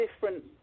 different